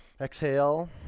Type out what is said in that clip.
Exhale